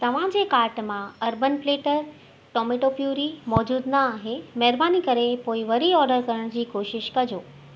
तव्हां जे कार्ट मां अर्बन प्लेटर टोमेटो प्यूरी मौजूदु न आहे महिरबानी करे पोइ वरी ऑडर करण जी कोशिश कजो